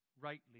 rightly